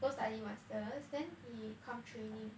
go study masters then he come training